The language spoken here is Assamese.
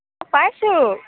পাইছোঁ